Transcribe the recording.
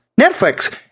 Netflix